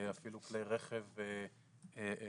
אפילו כלי רכב חשמליים,